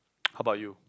how about you